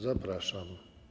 Zapraszam.